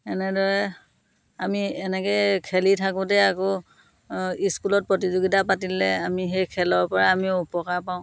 এনেদৰে আমি এনেকৈ খেলি থাকোঁতে আকৌ স্কুলত প্ৰতিযোগিতা পাতিলে আমি সেই খেলৰ পৰা আমিও উপহাৰ পাওঁ